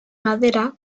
madera